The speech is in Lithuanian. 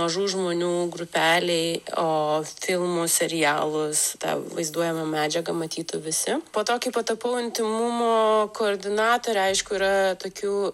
mažų žmonių grupelėj o filmus serialus vaizduojama medžiaga matytų visi po to kai patapau intymumo koordinatore aišku yra tokių